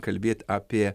kalbėt apie